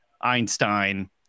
Einstein